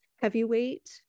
Heavyweight